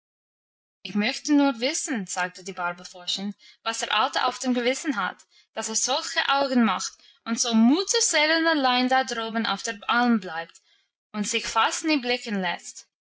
ich möchte nur wissen sagte die barbel forschend was der alte auf dem gewissen hat dass er solche augen macht und so mutterseelenallein da droben auf der alm bleibt und sich fast nie blicken lässt